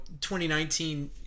2019